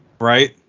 Right